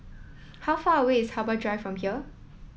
how far away is Harbor Drive from here